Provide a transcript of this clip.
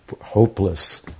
hopeless